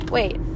Wait